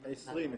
את ה-20 אפשר.